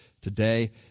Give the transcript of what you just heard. today